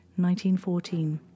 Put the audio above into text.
1914